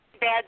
bad